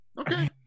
Okay